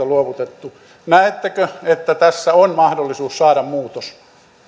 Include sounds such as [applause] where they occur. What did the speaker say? [unintelligible] luovutettu näettekö että tässä on mahdollisuus saada muutos